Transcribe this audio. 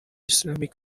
islamic